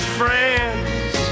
friends